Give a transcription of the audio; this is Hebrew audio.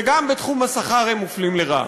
וגם בתחום השכר הם מופלים לרעה.